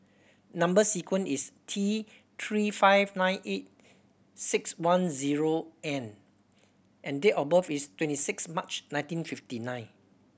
number sequence is T Three five nine eight six one zero N and date of birth is twenty six March nineteen fifty nine